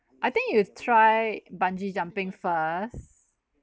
I think you would try bungee jumping first